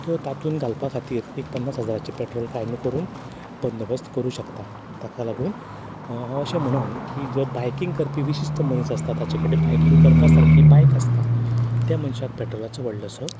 तो तातून घालपा खातीर एक पन्नास हजाराचें पेट्रोल काय न्ही करून बंदोबस्त करूंक शकता ताका लागून हांव अशें म्हणन की जो बायकींग करपी जो विशिश्ट मनीस आसता ताजे कडेन बायकींग करपा सारकी बायक आसता ते मनशाक पेट्रोलाचो व्हडलोसो